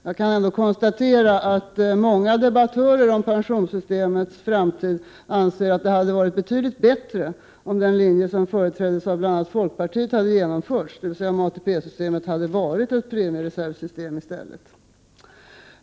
Jag kan ändå konstatera att många av dem som debatterar pensionssystemets framtid anser att det hade varit betydligt bättre om den linje som bl.a. företräddes av bl.a. folkpartiet hade genomförts, dvs. om ATP-systemet i stället hade varit ett premiereservsystem.